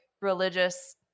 religious